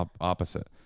opposite